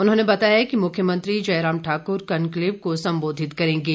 उन्होंने बताया कि मुख्यमंत्री जयराम ठाकुर कनक्लेव को संबोधित करेंगे